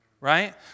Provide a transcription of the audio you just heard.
Right